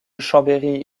chambéry